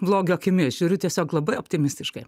blogio akimis žiūriu tiesiog labai optimistiškai